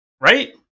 Right